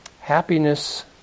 happiness